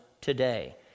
today